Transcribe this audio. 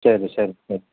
ശരി ശരി ശരി